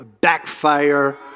backfire